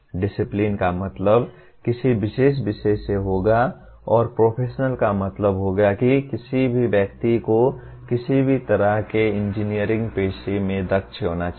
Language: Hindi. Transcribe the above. डिसिप्लिन का मतलब किसी विशेष विषय से होगा और प्रोफेशनल का मतलब होगा कि किसी भी व्यक्ति को किसी भी तरह के इंजीनियरिंग पेशे में दक्ष होना चाहिए